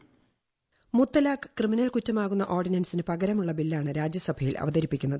voice മുത്തലാഖ് criminal കുറ്റമാക്കുന്ന ഓർഡിനൻസിന് പകരമുള്ള ബില്ലാണ് രാജൃസഭയിൽ അവതരിപ്പിക്കുന്നത്